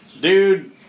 dude